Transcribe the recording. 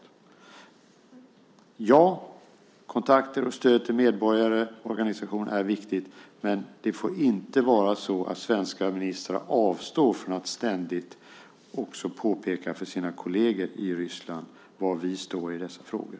Kontakter med och stöd till medborgare - ja. Organisation är viktigt, men det får inte vara så att svenska ministrar avstår från att ständigt påpeka för sina kolleger i Ryssland var vi står i dessa frågor.